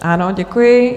Ano, děkuji.